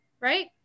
right